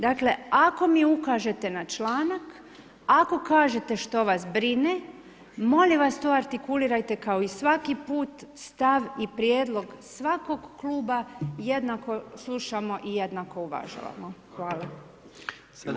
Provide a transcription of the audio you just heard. Dakle, ako mi ukažete na članak, ako kažete što vas brine, molim vas to artikulirajte kao i svaki put, stav i prijedlog svakog kluba jednako slušamo i jednako uvažavamo.